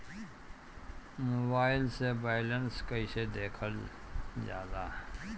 Mobile से balance कइसे देखल जाला?